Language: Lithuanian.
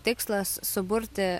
tikslas suburti